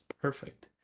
perfect